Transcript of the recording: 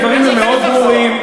הדברים הם מאוד ברורים,